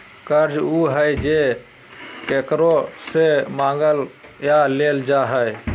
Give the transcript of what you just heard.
कर्ज उ हइ जे केकरो से मांगल या लेल जा हइ